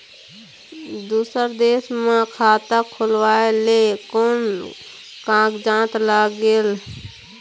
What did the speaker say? दूसर देश मा खाता खोलवाए ले कोन कागजात लागेल?